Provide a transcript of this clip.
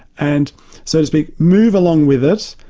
and so to speak, move along with it,